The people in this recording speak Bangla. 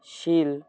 শীল